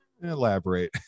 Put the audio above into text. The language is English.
elaborate